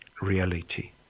reality